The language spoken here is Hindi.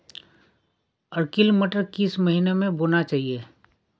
अर्किल मटर किस महीना में बोना चाहिए?